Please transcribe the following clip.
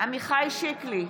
עמיחי שיקלי,